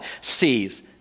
sees